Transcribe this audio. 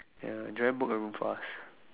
ya Joanne book very fast